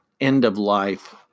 end-of-life